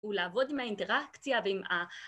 ולעבוד עם האינטראקציה ואם ה...